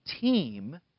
team